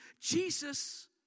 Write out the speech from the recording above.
Jesus